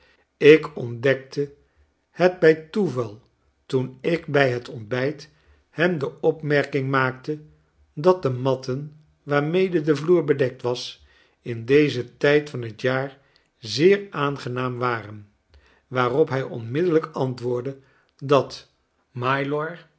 ik ontdekte het bij toeval toen ik bij het ontbijt hem de opmerking maakte dat de matten waarmede de vloer bedekt was in dezen tijd van het jaar zeer aangenaam waren waarop hij onmiddellijk antwoordde dat